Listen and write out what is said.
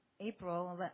April